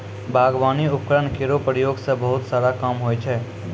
बागबानी उपकरण केरो प्रयोग सें बहुत सारा काम होय छै